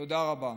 תודה רבה.